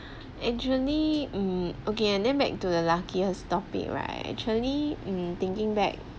actually mm okay and then back to the luckiest topic right actually um thinking back